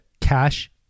cash